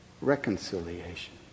reconciliation